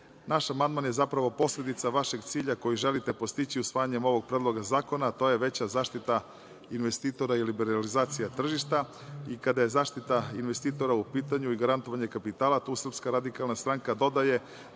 amandman je zapravo posledica vašeg cilja koji želite postići usvajanjem ovog predloga zakona, a to je veća zaštita investitora i liberalizacija tržišta. Kada je zaštita investitora u pitanju i garantovanje kapitala, tu SRS dodaje